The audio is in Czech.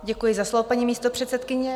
Děkuji za slovo, paní místopředsedkyně.